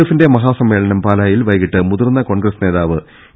എഫിന്റെ മഹാ സമ്മേളനം പാലായിൽ വൈകീട്ട് മുതിർന്ന കോൺഗ്രസ് നേതാവ് എ